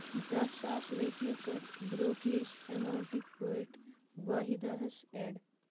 دہ ساس رۄپیہِ کَر بروکریج ایماونٹٕکۍ پٲٹھۍ واحِدا ہَس ایڈ